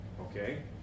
Okay